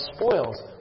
spoils